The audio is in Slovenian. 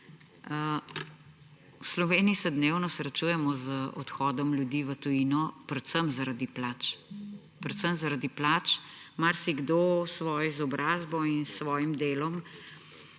V Sloveniji se dnevno srečujemo z odhodi ljudi v tujino predvsem zaradi plač. Predvsem zaradi plač. Marsikdo s svojo izobrazbo in s svojim delom